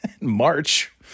march